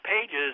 pages